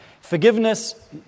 Forgiveness